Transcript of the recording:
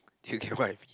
do you get what I mean